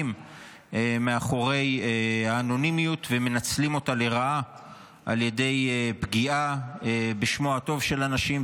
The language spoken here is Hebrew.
מאחורי אנונימיות ומנצלים אותה לרעה על ידי פגיעה בשמם הטוב של אנשים,